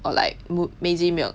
or like moo~ Meiji milk